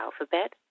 alphabet